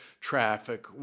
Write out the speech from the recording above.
traffic